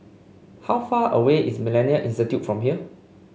how far away is MillenniA Institute from here